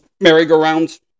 merry-go-rounds